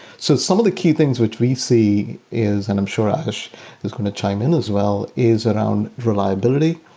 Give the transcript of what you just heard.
so some of the key things which we see is, and i'm sure ash is going to chime in as well, is around reliability,